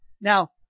Now